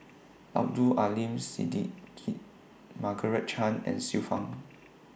Abdul Aleem Siddique Margaret Chan and Xiu Fang